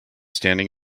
standing